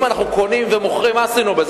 אם אנחנו קונים ומוכרים, מה עשינו בזה?